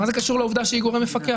מה זה קשור לעובדה שהיא גורם מפקח,